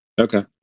Okay